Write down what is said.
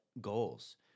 goals